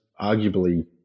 arguably